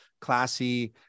classy